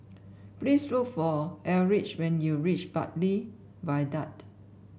please look for Eldridge when you reach Bartley Viaduct